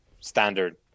standard